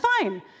fine